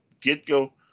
get-go